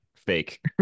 fake